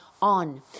On